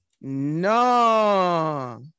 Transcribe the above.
No